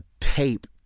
tape